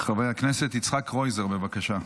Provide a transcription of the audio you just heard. חבר הכנסת יצחק קרויזר, בבקשה.